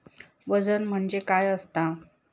वजन म्हणजे काय असता?